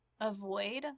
Avoid